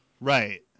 Right